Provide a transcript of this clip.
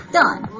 done